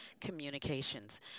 Communications